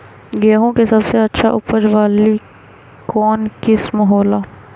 गेंहू के सबसे अच्छा उपज वाली कौन किस्म हो ला?